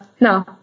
no